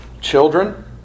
Children